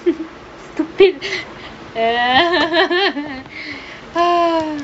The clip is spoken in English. stupid